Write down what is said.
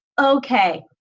okay